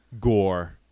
Gore